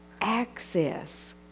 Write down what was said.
access